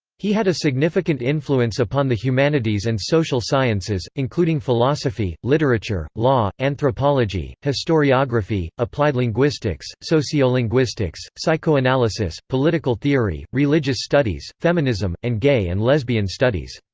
he had a significant influence upon the humanities and social sciences, including philosophy, literature, law, anthropology, historiography, applied linguistics, sociolinguistics, psychoanalysis, political theory, religious studies, feminism, and gay and lesbian studies.